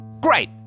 Great